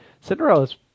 Cinderella's